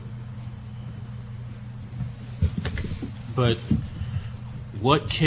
but what case can you point us to that says